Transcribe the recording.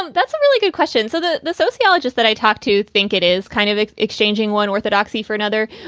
and that's a really good question. so the the sociologist that i talked to think it is kind of exchanging one orthodoxy for another.